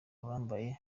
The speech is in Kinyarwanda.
abambaye